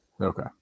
Okay